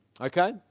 Okay